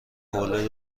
حوله